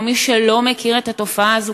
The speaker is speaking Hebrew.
או מי שלא מכיר את התופעה הזאת,